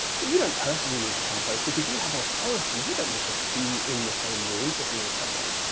but you don't personally need to come close because you have authority. you don't need to be in the same room to heal someone.